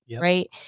Right